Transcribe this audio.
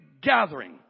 gathering